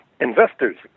investors